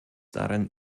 darin